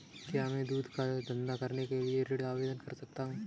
क्या मैं दूध का धंधा करने के लिए ऋण आवेदन कर सकता हूँ?